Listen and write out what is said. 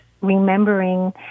remembering